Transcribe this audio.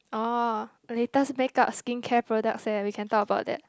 orh latest makeup skincare product leh we can talk about that